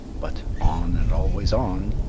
but on and always on!